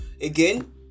Again